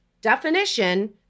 definition